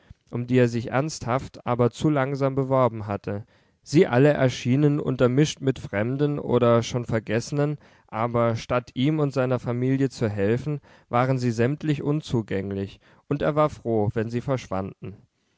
um die er sich ernsthaft aber zu langsam beworben hatte sie alle erschienen untermischt mit fremden oder schon vergessenen aber statt ihm und seiner familie zu helfen waren sie sämtlich unzugänglich und er war froh wenn sie verschwanden